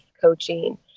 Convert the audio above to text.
coaching